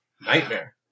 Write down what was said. Nightmare